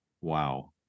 wow